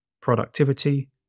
productivity